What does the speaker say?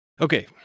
Okay